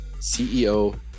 CEO